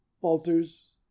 falters